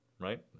right